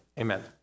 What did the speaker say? amen